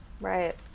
Right